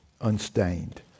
unstained